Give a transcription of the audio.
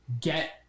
get